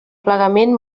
plegament